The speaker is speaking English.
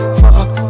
fuck